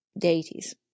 deities